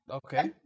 okay